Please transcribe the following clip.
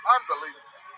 Unbelievable